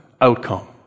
outcome